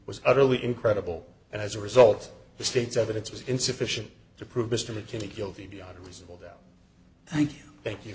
utterly incredible and as a result the state's evidence was insufficient to prove mr mckinney guilty beyond a reasonable doubt thank you thank you